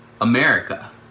America